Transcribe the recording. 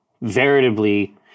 veritably